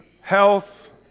health